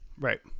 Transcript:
Right